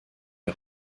est